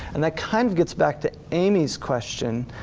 and that kind of gets back to amy's question,